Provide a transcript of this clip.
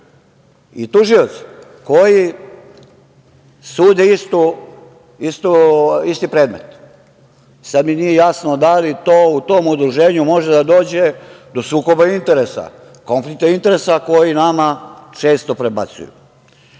i tužilac, koji sude isti predmet. Sada mi nije jasno da li to, u tom udruženju, može da dođe do sukoba interesa, konflikta interesa koji nama često prebacuju. Mi